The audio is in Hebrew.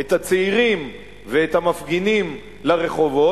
את הצעירים ואת המפגינים לרחובות,